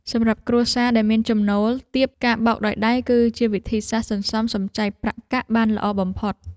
សម្រាប់គ្រួសារដែលមានចំណូលទាបការបោកដោយដៃ គឺជាវិធីសាស្ត្រសន្សំសំចៃប្រាក់កាក់បានល្អបំផុត។